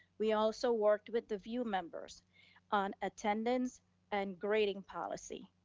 we also worked with the vue members on attendance and grading policy.